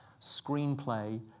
screenplay